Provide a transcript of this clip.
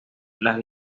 las